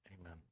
amen